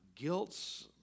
guilts